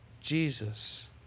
Jesus